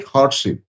Hardship